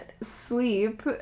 sleep